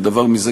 ודבר מזה,